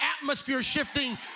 atmosphere-shifting